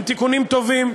הם תיקונים טובים.